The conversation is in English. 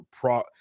pro